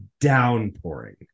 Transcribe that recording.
downpouring